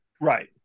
right